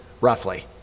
roughly